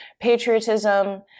patriotism